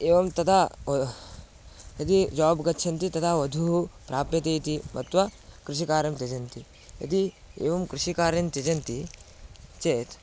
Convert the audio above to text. एवं तदा यदि जाब् गच्छन्ति तदा वधुः प्राप्यते इति मत्वा कृषिकार्यं त्यजन्ति यदि एवं कृषिकार्यं त्यजन्ति चेत्